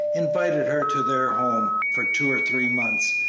invited her to their home for two or three months,